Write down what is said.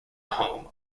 home